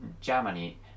germany